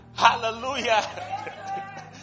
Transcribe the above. Hallelujah